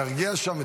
תרגיע שם,